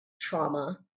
trauma